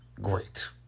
great